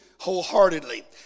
wholeheartedly